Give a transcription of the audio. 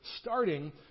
starting